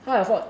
what what